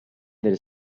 del